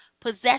possess